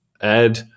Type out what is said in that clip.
add